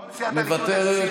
מוותרת,